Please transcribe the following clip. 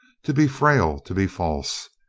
to be frail, to be false.